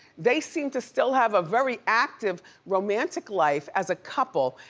they seem to still have a very active romantic life as a couple,